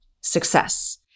success